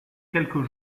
quelques